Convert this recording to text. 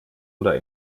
oder